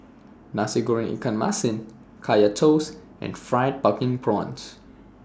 Nasi Goreng Ikan Masin Kaya Toast and Fried Pumpkin Prawns